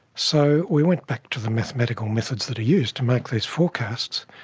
so we went back to the mathematical methods that are used to make these forecasts,